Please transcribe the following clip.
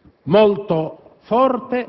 dà il risultato di una sopravvenienza molto forte,